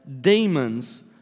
demons